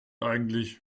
eigentlich